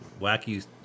wacky